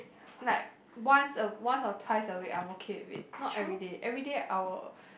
like once a once or twice a week I'm okay with it not everyday everyday I will